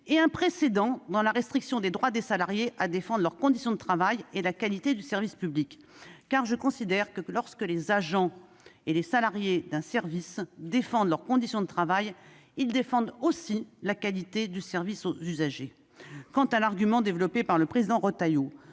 et un précédent dans la restriction des droits des salariés à défendre et leurs conditions de travail et la qualité du service public. En effet, je considère que, lorsque les agents et les salariés d'un service défendent leurs conditions de travail, ils défendent aussi la qualité du service aux usagers. Quant à l'argument, développé par le président Retailleau,